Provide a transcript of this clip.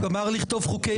הוא גמר לכתוב חוקי יסוד.